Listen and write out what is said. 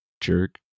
jerk